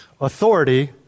authority